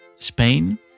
Spain